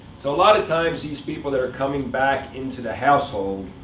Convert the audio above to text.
so a lot of times, these people that are coming back into the household